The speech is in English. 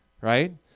right